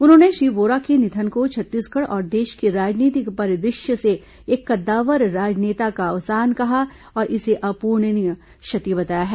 उन्होंने श्री वोरा के निधन को छत्तीसगढ़ और देश के राजनीतिक परिदृश्य से एक कद्दावर राजनेता का अवसान कहा और इसे अपूरणीय क्षति बताया है